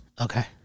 Okay